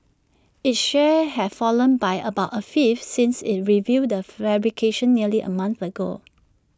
its shares have fallen by about A fifth since IT revealed the fabrication nearly A month ago